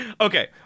okay